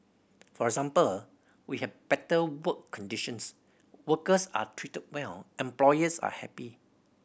for example we have better work conditions workers are treated well employers are happy